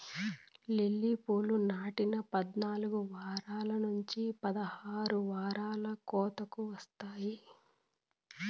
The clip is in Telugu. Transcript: లిల్లీ పూలు నాటిన పద్నాలుకు వారాల నుంచి పదహారు వారాలకు కోతకు వస్తాయి